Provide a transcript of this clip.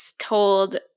told –